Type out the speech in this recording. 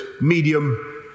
medium